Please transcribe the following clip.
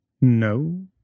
No